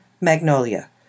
Magnolia